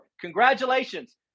Congratulations